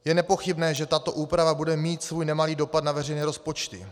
Je nepochybné, že tato úprava bude mít svůj nemalý dopad na veřejné rozpočty.